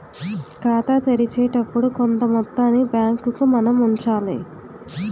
ఖాతా తెరిచేటప్పుడు కొంత మొత్తాన్ని బ్యాంకుకు మనం ఉంచాలి